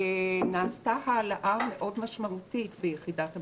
נעשתה העלאה משמעותית מאוד ביחידת המימון,